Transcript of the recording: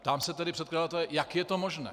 Ptám se tedy předkladatele, jak je to možné.